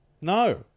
No